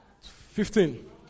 Fifteen